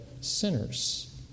sinners